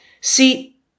See